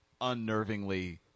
unnervingly